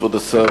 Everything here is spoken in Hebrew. כבוד השר,